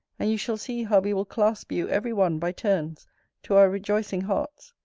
and you shall see how we will clasp you every one by turns to our rejoicing hearts.